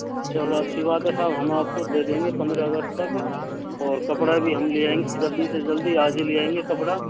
चलो अच्छी बात है साहब हम आपको दे देंगे पंद्रह अगस्त तक और कपड़ा भी हम ले आएंगे जल्दी से जल्दी आज ही ले आएंगे कपड़ा